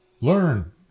Learn